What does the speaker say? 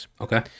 Okay